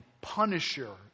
punisher